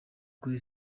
kuri